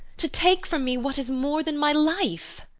to take from me what is more than my life?